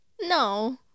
No